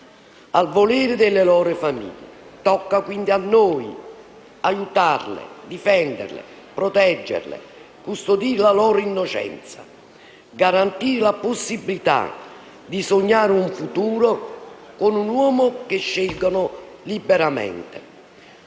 al volere delle loro famiglie. Tocca quindi a noi aiutarle, difenderle, proteggerle, custodire la loro innocenza, garantire la possibilità di sognare un futuro con un uomo che scelgano liberamente.